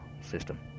system